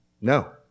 No